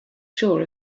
sure